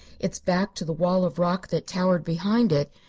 its back to the wall of rock that towered behind it,